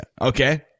okay